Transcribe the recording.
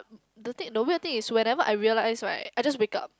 the thing the weird thing is whenever I realised why I just wake up